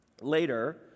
Later